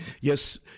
Yes